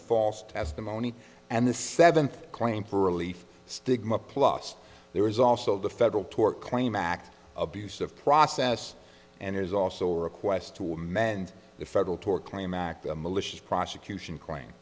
false testimony and the seventh claim for relief stigma plus there is also the federal tort claim act abuse of process and there's also a request to amend the federal tort claim act of malicious prosecution claim